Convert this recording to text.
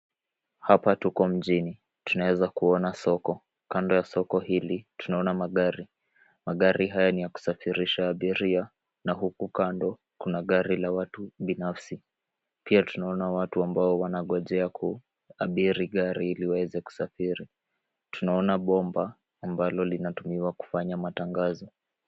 Hapa tuko mjini. Tunaweza kuona soko kando ya soko hili tunaona magari. Magari haya ni ya kusafirisha abiria na Huku kando kuna gari la watu binafsi. Pia tunaona watu ambao wanangojea kiabiri gari ili waweze kusafiri. Tunaona bomba ambalo linatumiwa kufanya matangazo.